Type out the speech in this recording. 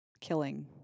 killing